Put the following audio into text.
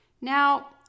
Now